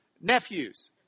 Nephews